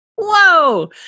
whoa